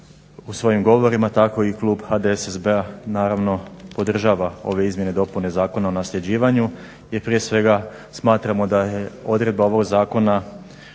u svojim govorima tako i klub HDSSB-a naravno podržava ove izmjene i dopune Zakona o nasljeđivanju jer prije svega smatramo da je odredba ovog zakona